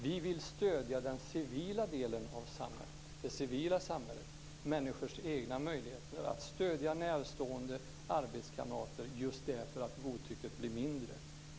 Vi vill stödja den civila delen av samhället, människors egna möjligheter att stödja närstående och arbetskamrater just därför att godtycket blir mindre.